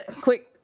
quick